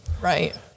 Right